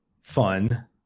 fun